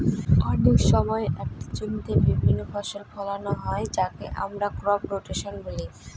অনেক সময় একটি জমিতে বিভিন্ন ফসল ফোলানো হয় যাকে আমরা ক্রপ রোটেশন বলি